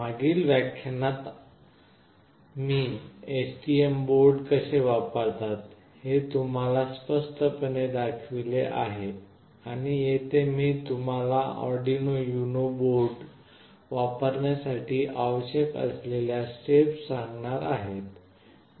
मागील व्याख्यानात मी STM बोर्ड कसे वापरतात हे तुम्हाला स्पष्टपणे दाखविले आहे आणि येथे मी तुम्हाला आर्डिनो युनो बोर्ड वापरण्यासाठी आवश्यक असलेल्या स्टेप्स सांगणार आहे